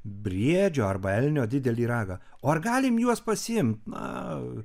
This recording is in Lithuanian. briedžio arba elnio didelį ragą o ar galim juos pasiimti na